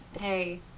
Hey